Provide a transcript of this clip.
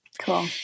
Cool